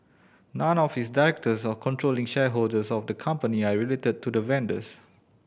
none of its directors or controlling shareholders of the company are related to the vendors